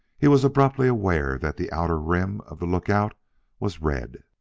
he was abruptly aware that the outer rim of the lookout was red!